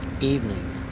evening